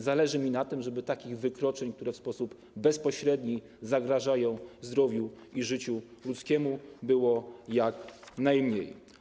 Zależy mi na tym, żeby takich wykroczeń, które w sposób bezpośredni zagrażają zdrowiu i życiu ludzkiemu, było jak najmniej.